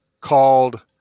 called